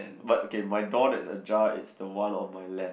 but okay my door there's a jar it's the one on my left